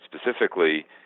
specifically